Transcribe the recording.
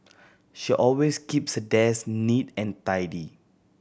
she always keeps her desk neat and tidy